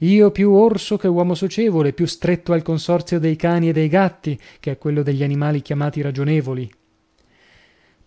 io più orso che uomo socievole più stretto al consorzio dei cani e dei gatti che a quello degli animali chiamati ragionevoli